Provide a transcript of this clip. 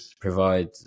provide